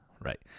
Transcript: Right